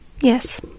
Yes